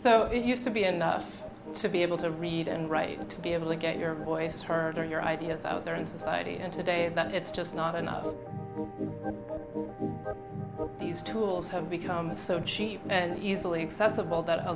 so it used to be enough to be able to read and write to be able to get your voice heard and your ideas out there in society and today but it's just not enough of these tools have become so cheap and easily accessible that a